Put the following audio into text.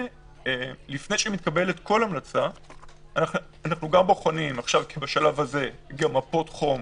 לפני שמתקבלת כל המלצה אנחנו גם בוחנים בשלב הזה גם מפות חום,